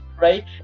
right